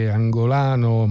angolano